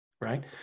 Right